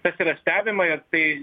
tas yra stebima ir tai